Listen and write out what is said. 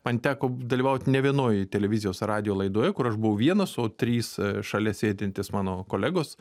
man teko dalyvaut ne vienoj televizijos ir radijo laidoje kur aš buvau vienas o trys šalia sėdintys mano kolegos